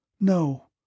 No